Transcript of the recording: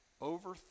over